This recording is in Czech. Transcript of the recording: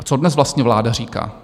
A co dnes vlastně vláda říká?